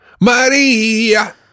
Maria